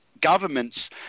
government's